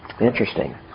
Interesting